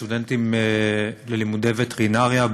הסטודנטים ללימודי וטרינריה,